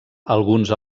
alguns